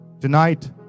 tonight